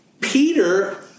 Peter